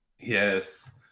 Yes